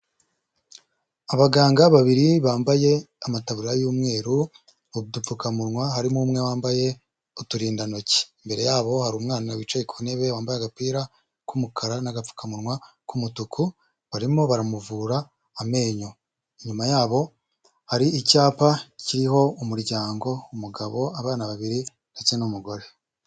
Abaganga babiri bambaye amataburiya y'umweru, udupfukamunwa harimo umwe wambaye uturindantoki, imbere yabo hari umwana wicaye ku ntebe wambaye agapira k'umukara n'agapfukamunwa k'umutuku barimo baramuvura amenyo, inyuma yabo hari icyapa kiriho umuryango, umugabo, abana babiri ndetse n'umugore.